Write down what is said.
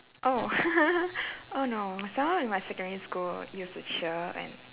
oh oh no someone in my secondary school used to cheer and